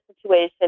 situation